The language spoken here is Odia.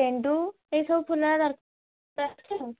ଗେଣ୍ଡୁ ଏଇସବୁ ଫୁଲ ଦରକାର ଅଛି ଆଉ